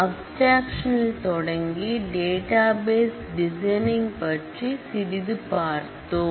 abstraction இல் தொடங்கி database designing பற்றி சிறிது பார்த்தோம்